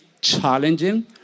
challenging